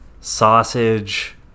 sausage